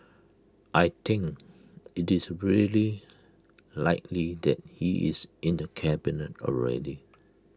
I think IT is very likely that he is in the cabinet already